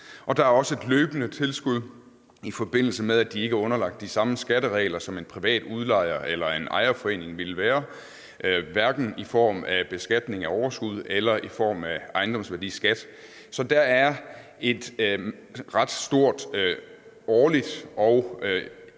at der også er et løbende tilskud, i forbindelse med at de ikke er underlagt de samme skatteregler, som en privat udlejer eller en ejerforening er, hverken i form af beskatning af overskud eller i form af ejendomsværdiskat. Så der er et ret stort årligt tilskud